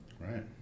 Right